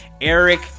Eric